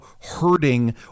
hurting